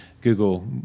Google